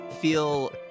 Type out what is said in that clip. feel